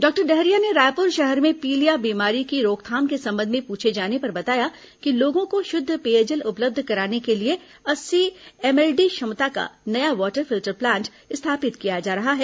doctor Dahariya ने रायपुर शहर में पीलिया बीमारी की रोकथाम के संबंध में पूछे जाने पर बताया कि लोगों को शुद्ध पेयजल उपलब्ध कराने के लिए अस्सी एमएलडी क्षमता का नया वाटर फिल्टर प्लांट स्थापित किया जा रहा है